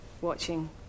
watching